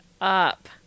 up